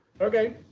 Okay